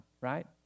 right